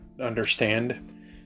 understand